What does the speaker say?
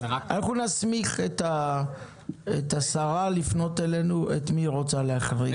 אנחנו נסמיך את השרה לפנות אלינו כדי לקבוע את מי היא רוצה להחריג.